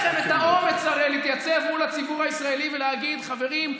הרי אין לכם את האומץ להתייצב מול הציבור הישראלי ולהגיד: חברים,